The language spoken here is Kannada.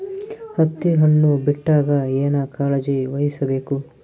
ಹತ್ತಿ ಹಣ್ಣು ಬಿಟ್ಟಾಗ ಏನ ಕಾಳಜಿ ವಹಿಸ ಬೇಕು?